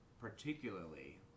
particularly